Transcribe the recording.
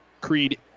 Creed